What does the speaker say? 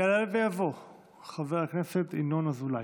יעלה ויבוא חבר הכנסת ינון אזולאי.